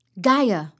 Gaia